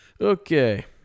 Okay